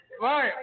Right